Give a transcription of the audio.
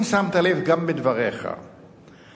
אם שמת לב, גם בדבריך אמרת: